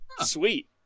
sweet